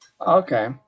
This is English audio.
Okay